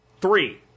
Three